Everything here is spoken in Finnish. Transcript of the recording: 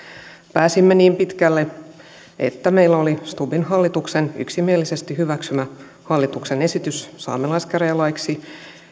pääsimme niin pitkälle että meillä oli stubbin hallituksen yksimielisesti hyväksymä hallituksen esitys saamelaiskäräjälaiksi